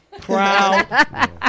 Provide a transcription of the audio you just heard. Proud